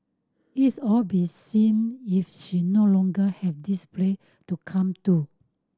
is all be seem if she no longer have this place to come to